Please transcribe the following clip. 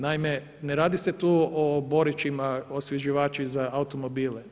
Naime, ne radi se tu o borićima, osvježivači za automobile.